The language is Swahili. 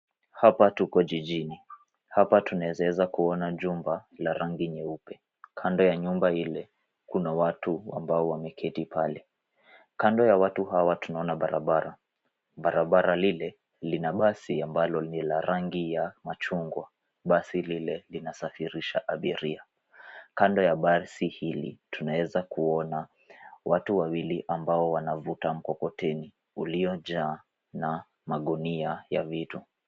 Hapa tuko jijini, tunaweza kuona jumba la rangi nyeupe. Kando ya nyumba ile, kuna watu ambao wameketi pale. kando ya watu hawa tunaona barabara. Barabara ile basi ambalo ni la rangi ya machungwa. Basi lile linasafirisha abiria. Kando ya basi hili kuna watu wawili wanaovuta mkokoteni uliojaa na magunia ya vitu.